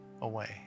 away